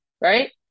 right